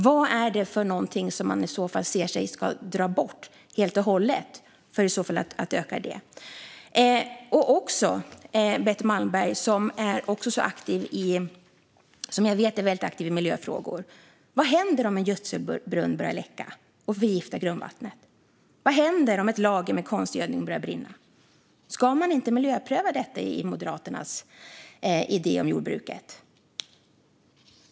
Vad är det som de i stället vill dra bort helt och hållet för att öka livsmedelsproduktionen? Jag vet att Betty Malmberg är väldigt aktiv i miljöfrågor. Vad händer om en gödselbrunn börjar läcka och förgiftar grundvattnet? Vad händer om ett lager med konstgödning börjar brinna? Ska man enligt Moderaternas idé om jordbruk inte miljöpröva detta?